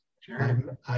Sure